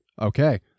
Okay